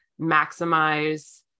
maximize